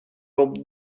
rope